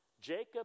Jacob